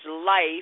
life